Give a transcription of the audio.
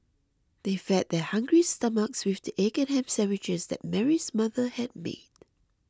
they fed their hungry stomachs with the egg and ham sandwiches that Mary's mother had made